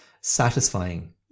satisfying